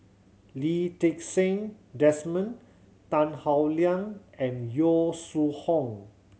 Lee Ti Seng Desmond Tan Howe Liang and Yong Su Hoong